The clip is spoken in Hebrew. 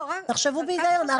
תחשבו בהיגיון.